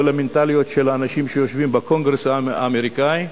או למנטליות של האנשים שיושבים בקונגרס האמריקני,